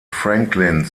franklin